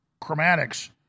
chromatics